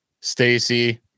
Stacy